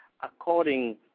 according